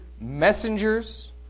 messengers